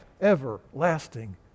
everlasting